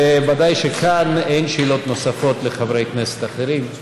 ובוודאי שכאן אין שאלות נוספות לחברי כנסת אחרים,